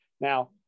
now